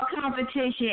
competition